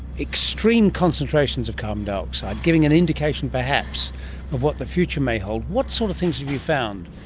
extreme concentrations of carbon dioxide, giving an indication perhaps of what the future may hold. what sort of things have you found?